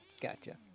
Gotcha